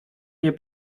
nie